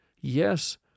Yes